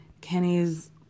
Kenny's